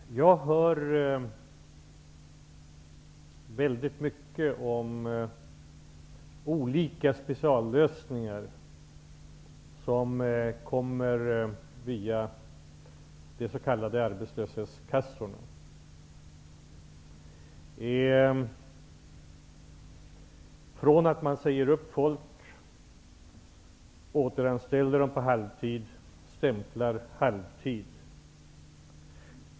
Herr talman! Jag hör väldigt mycket om olika speciallösningar som kommer via arbetslöshetskassorna. Man säger upp människor, återanställer dem på halvtid och låter dem stämpla halvtid.